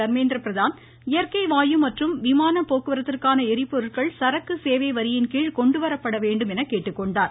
தர்மேந்திர பிரதான் இயற்கை வாயு மற்றும் விமான போக்குவரத்துக்கான எரிபொருட்கள் சரக்கு சேவை வரியின்கீழ் கொண்டுவரப்பட வேண்டும் என்று கேட்டுக்கொண்டார்